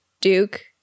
Duke